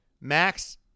Max